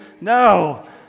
No